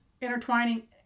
intertwining